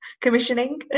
commissioning